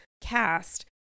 cast